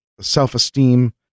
self-esteem